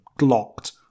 locked